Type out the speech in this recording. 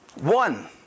one